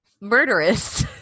Murderous